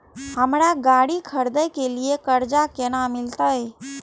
हमरा गाड़ी खरदे के लिए कर्जा केना मिलते?